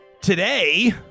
today